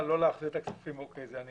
האם